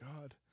God